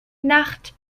nacht